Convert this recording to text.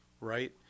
right